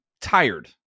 tired